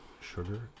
sugar